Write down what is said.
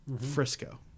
Frisco